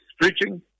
preaching